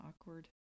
awkward